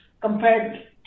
compared